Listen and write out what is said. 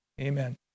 amen